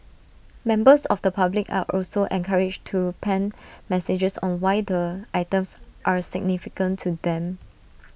members of the public are also encouraged to pen messages on why the items are significant to them